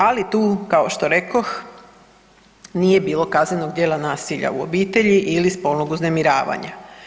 Ali tu kao što rekoh nije bilo kaznenog djela nasilja u obitelji ili spolnog uznemiravanja.